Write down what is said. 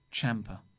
Champa